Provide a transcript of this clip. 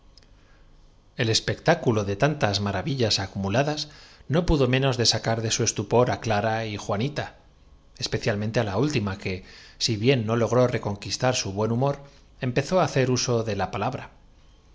l espectáculo de tantas maravillas acumula das no pudo menos de sacar de su estupor á clara y á juanita especialmente á la últi ma que si bien no logró reconquistar su buen humor empezó á hacer uso de la palabra